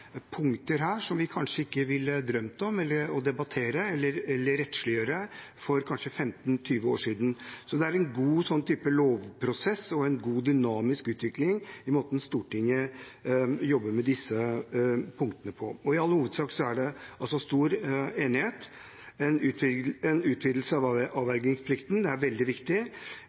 punkter her som vi kanskje ikke ville drømt om å debattere, eller rettsliggjøre, for kanskje 15–20 år siden. Så det er en god lovprosess og en god dynamisk utvikling i måten Stortinget jobber med disse punktene på. I all hovedsak er det altså stor enighet: En utvidelse av avvergingsplikten er veldig viktig,